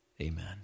Amen